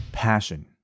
passion